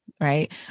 right